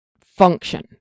function